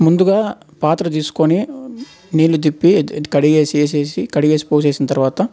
ముందుగా పాత్ర తీసుకొని నీళ్ళు తిప్పి కడి కడిగేసి వేసేసి కడిగేసి పోసేసిన తరువాత